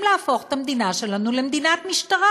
להפוך את המדינה שלנו למדינת משטרה,